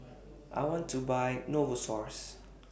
I want to Buy Novosource